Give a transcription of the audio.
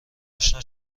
اشنا